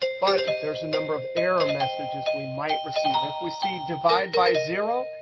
but there's a number of error messages we might receive. if we see divide by zero,